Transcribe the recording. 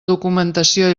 documentació